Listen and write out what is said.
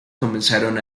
comenzaron